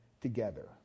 together